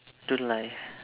don't lie